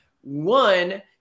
One